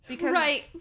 Right